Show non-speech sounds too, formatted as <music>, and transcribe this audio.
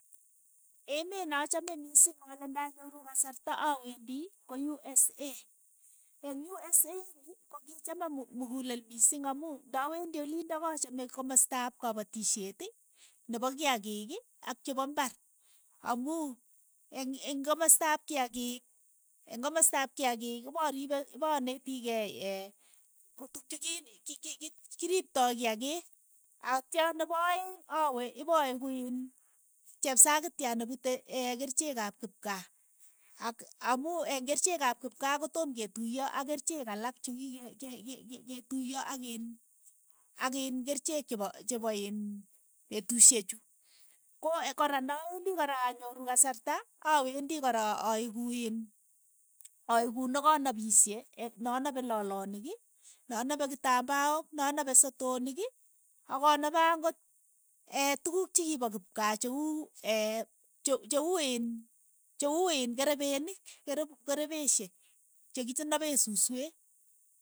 Emeet na chame miising ale nda nyoru kasarta awendi ko usa, eng' usa ini, ko ki chama mu- mukulel mising amu nda wendi olindok achame komastaap kapatisheti nepo kiakiik ak chepo imbar, amu eng' kimastaap kiakiik eng' komastaap kiakiik ko paripe ipanetikei <hesitation> tukchu kii- ki- ki kiriptoi kiakiik, atya nepo aeng' awe ipo aeku iin chepsakitia ne pute <hesitation> kericheek ap kipkaa, ak amu eng' kericheek ap kipkaa kotoom ketuiyo ak keriichek alak chu kike ke- ke- ke tuiyo akin akin kerichek chepo chepo iin petushechu. Ko kora nda wendi kora anyoru kasarta awndi kora aeku iin aeku nakanapishei <hesitation> na nape loloniik, nanape kitambaok, na nape sotonik ak anape ang'ot <hesitation> tukuk che kii pa kipkaa che uu <hesitation> che uu iin che uu iin kerepinik kerep kerepeeshek che kinapee susweek.